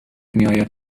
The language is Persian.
میاید